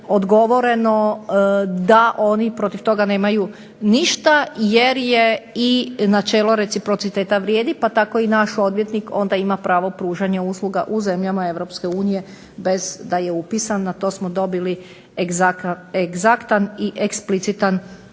da oni protiv toga nemaju ništa jer je i načelo reciprociteta vrijedi, pa tako i naš odvjetnik onda ima pravo pružanja usluga u zemljama EU bez da je upisan. A to smo dobili egzaktan i eksplicitan